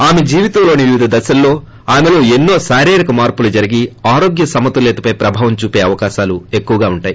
ఆమె జీవితంలోని వివిధ దశల్లో ఆమెలో ఎన్నో శారీరిక మార్పులు జరిగి ఆరోగ్య సమతుల్యతపై ప్రభావం చూపే అవకాశాలు ఎక్కువగా ఉంటాయి